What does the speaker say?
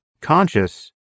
conscious